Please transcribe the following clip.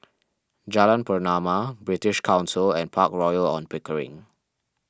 Jalan Pernama British Council and Park Royal on Pickering